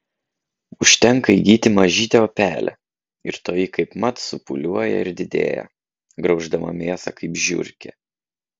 užtenka įgyti mažytį opelę ir toji kaipmat supūliuoja ir didėja grauždama mėsą kaip žiurkė